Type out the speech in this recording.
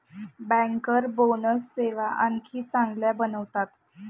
banker bonus सेवा आणखी चांगल्या बनवतात